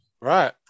Right